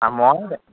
অঁ মই